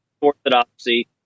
orthodoxy